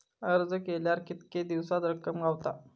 अर्ज केल्यार कीतके दिवसात रक्कम गावता?